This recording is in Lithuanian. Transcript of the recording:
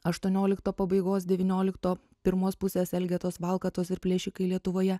aštuoniolikto pabaigos devyniolikto pirmos pusės elgetos valkatos ir plėšikai lietuvoje